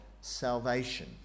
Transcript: salvation